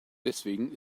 deswegen